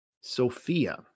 Sophia